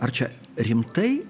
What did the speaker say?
ar čia rimtai